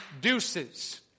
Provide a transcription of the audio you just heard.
deuces